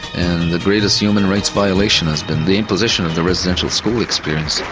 and the greatest human rights violation has been the imposition of the residential school experience.